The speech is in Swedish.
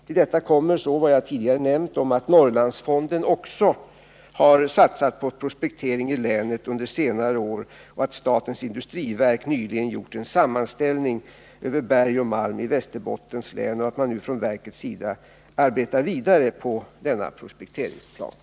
Till detta kommer, som jag tidigare har nämnt, att även Norrlandsfonden under senare år har satsat på prospektering i länet, att statens industriverk nyligen har gjort en sammanställning över berg och malm i Västerbottens län samt att man från verkets sida arbetar vidare på den prospekteringsplanen.